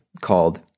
called